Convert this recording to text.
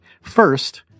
First